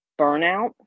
burnout